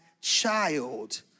child